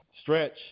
Stretch